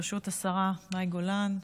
ברשות השרה מאי גולן,